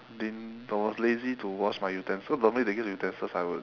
didn't I was lazy to wash my utensil normally they give utensils I would